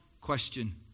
question